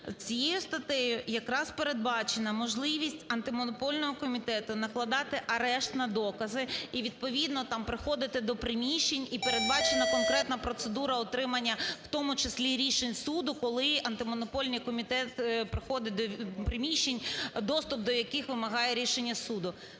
Цією статтею якраз передбачена можливість Антимонопольного комітету накладати арешт на докази і відповідно приходити до приміщень, і передбачена конкретна процедура отримання, в тому числі рішень суду, коли Антимонопольний комітет приходить до приміщень, доступ до яких вимагає рішення суду.